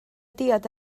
diod